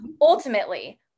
Ultimately